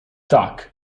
tak